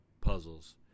puzzles